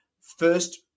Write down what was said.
First